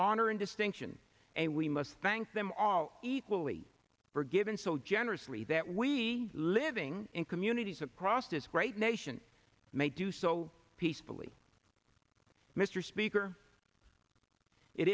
honor and distinction and we must thank them all equally forgiven so generously that we living in communities across this great nation may do so peacefully mr speaker it